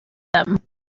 them